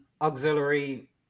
auxiliary